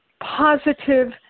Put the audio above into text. positive